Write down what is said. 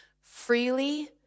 freely